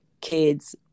kids